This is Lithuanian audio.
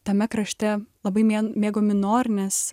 tame krašte labai mėn mėgo minorines